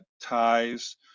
ties